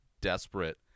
desperate